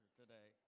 today